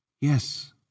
Yes